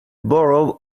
borough